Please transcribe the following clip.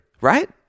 right